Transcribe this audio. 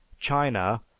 china